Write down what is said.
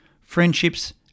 friendships